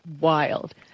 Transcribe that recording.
wild